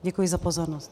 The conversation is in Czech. Děkuji za pozornost.